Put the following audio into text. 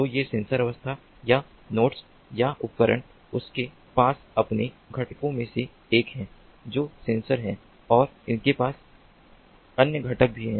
तो ये अवस्था या नोड्स या उपकरण उनके पास अपने घटकों में से एक है जो सेंसर है और उनके पास अन्य घटक भी हैं